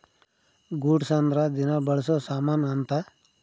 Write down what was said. goods ಅಂದ್ರ ದಿನ ಬಳ್ಸೊ ಸಾಮನ್ ಅಂತ